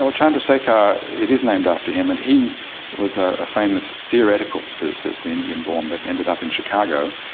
um chandrasekhar, it is named after him, and he was a ah famous theoretical physicist, indian born but ended up in chicago.